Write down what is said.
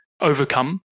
overcome